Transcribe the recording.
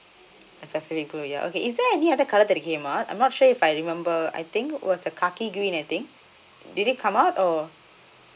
the pacific blue ya okay is there any other colour that came out I'm not sure if I remember I think was the khaki green I think did it come out or